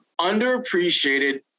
underappreciated